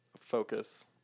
focus